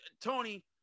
Tony